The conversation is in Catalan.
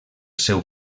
seu